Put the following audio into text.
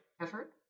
effort